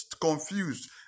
confused